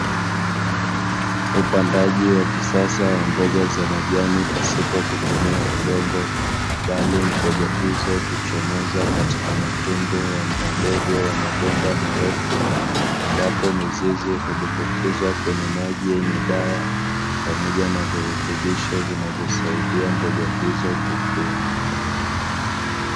Upandaji wa kisasa wa mboga za majani pasipo kutumia udongo bali mboga hizo kuchomoza katika matundu madogo ya mabomba marefu, ambapo mizeze kudumbukizwa kwenye maji yenye dawa pamoja na virutubisho vinavyosaidia mboga hizo kukua.